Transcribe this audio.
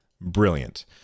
brilliant